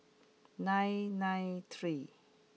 nine nine three